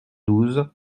douze